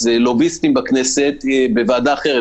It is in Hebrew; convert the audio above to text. לוביסטים בכנסת בוועדה אחרת,